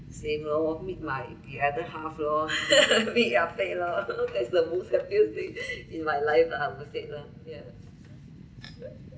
same lor meet my the other half lor meet Ah-Pek lor that's my most luckiest thing in my live lah I would said lah yeah